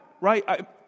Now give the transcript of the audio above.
right